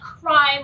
crime